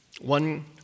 One